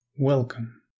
Welcome